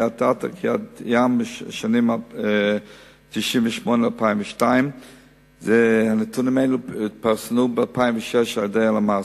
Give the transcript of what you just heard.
מקריית-אתא ומקריית-ים בשנים 1998 2002. הנתונים האלה התפרסמו בשנת 2006 על-ידי הלמ"ס.